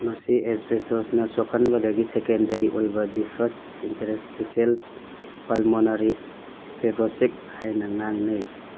ꯃꯁꯤ ꯑꯦꯁꯕꯦꯇꯣꯁꯅ ꯁꯣꯛꯍꯟꯕꯗꯒꯤ ꯁꯦꯀꯦꯟꯗꯔꯤ ꯑꯣꯏꯕ ꯗꯤꯐꯁ ꯏꯟꯇꯔꯦꯁꯇꯤꯁꯦꯜ ꯄꯥꯜꯃꯣꯅꯔꯤ ꯐꯦꯕ꯭ꯔꯣꯁꯤꯛ ꯍꯥꯏꯅ ꯉꯥꯡꯅꯩ